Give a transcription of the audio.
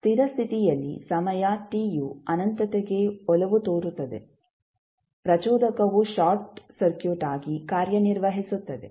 ಸ್ಥಿರ ಸ್ಥಿತಿಯಲ್ಲಿ ಸಮಯ t ಯು ಅನಂತತೆ ಗೆ ಒಲವು ತೋರುತ್ತದೆ ಪ್ರಚೋದಕವು ಶಾರ್ಟ್ ಸರ್ಕ್ಯೂಟ್ ಆಗಿ ಕಾರ್ಯನಿರ್ವಹಿಸುತ್ತದೆ